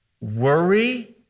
worry